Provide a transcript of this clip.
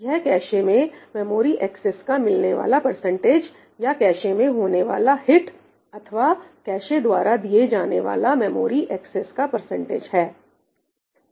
यह कैशे में memory access का मिलने वाला परसेंटेज या कैशे में होने वाला हिट अथवा कैशे द्वारा दिए जाने वाला मेमोरी एक्सेस का परसेंटेज है